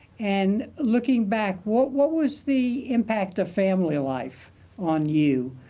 and looking back, what what was the impact of family life on you?